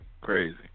Crazy